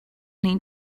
need